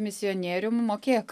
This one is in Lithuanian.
misionierium mokėk